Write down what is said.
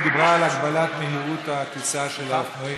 היא דיברה על הגבלת מהירות הטיסה של האופנועים.